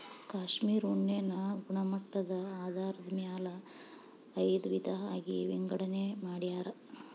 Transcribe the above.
cashmere ಉಣ್ಣೆನ ಗುಣಮಟ್ಟದ ಆಧಾರದ ಮ್ಯಾಲ ಐದ ವಿಧಾ ಆಗಿ ವಿಂಗಡನೆ ಮಾಡ್ಯಾರ